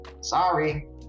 Sorry